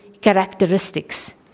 characteristics